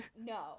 No